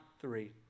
three